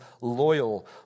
loyal